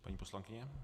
Paní poslankyně.